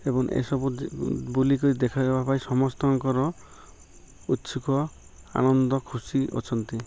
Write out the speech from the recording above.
ଏବଂ ଏସବୁ ବୁଲିକ ଦେଖାଇବା ପାଇଁ ସମସ୍ତଙ୍କର ଉତ୍ସୁକ ଆନନ୍ଦ ଖୁସି ଅଛନ୍ତି